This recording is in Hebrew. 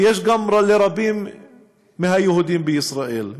שיש גם לרבים מהיהודים בישראל,